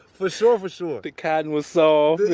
for sure, for sure the cotton was soft.